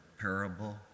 parable